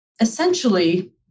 Essentially